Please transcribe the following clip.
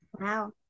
wow